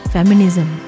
Feminism